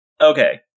Okay